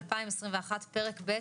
התרפא-2021, פרק ב'